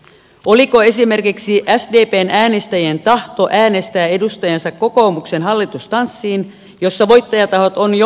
oliko esimerkiksi sdpn äänestäjien tahto äänestää edustajansa kokoomuksen hallitustanssiin jossa voittajatahot on jo ennalta sovittu